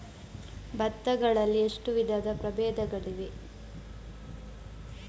ಭತ್ತ ಗಳಲ್ಲಿ ಎಷ್ಟು ವಿಧದ ಪ್ರಬೇಧಗಳಿವೆ?